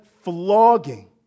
flogging